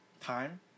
time